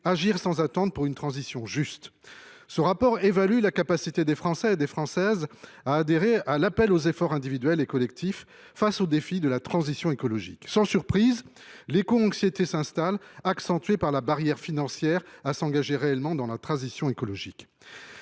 de la France en l’intitulant ainsi :. Ce rapport évalue la capacité des Français et des Françaises à adhérer à l’appel aux efforts individuels et collectifs pour relever le défi de la transition écologique. Sans surprise, l’écoanxiété s’installe, accentuée par la barrière financière, qui empêche de s’engager réellement dans la transition écologique.